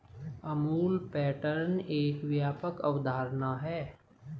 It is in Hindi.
अमूल पैटर्न एक व्यापक अवधारणा है